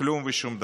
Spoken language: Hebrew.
כלום ושום דבר.